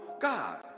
God